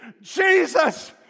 Jesus